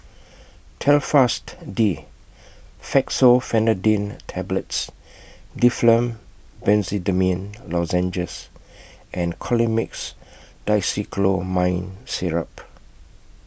Telfast D Fexofenadine Tablets Difflam Benzydamine Lozenges and Colimix Dicyclomine Syrup